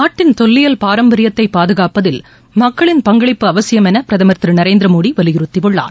நாட்டின் தொல்லியல் பாரம்பரியத்தை பாதுகாப்பதில் மக்களின் பங்களிப்பு அவசியம் என பிரதமர் திரு நரேந்திரமோடி வலியுறுத்தியுள்ளார்